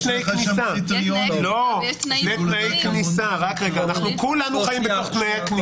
יש תנאי כניסה ויש תנאים --- כולנו חיים בתוך תנאי הכניסה.